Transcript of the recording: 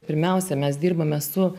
pirmiausia mes dirbame su